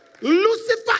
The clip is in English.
Lucifer